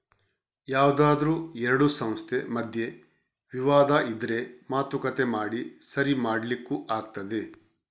ಯಾವ್ದಾದ್ರೂ ಎರಡು ಸಂಸ್ಥೆ ಮಧ್ಯೆ ವಿವಾದ ಇದ್ರೆ ಮಾತುಕತೆ ಮಾಡಿ ಸರಿ ಮಾಡ್ಲಿಕ್ಕೂ ಆಗ್ತದೆ